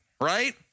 right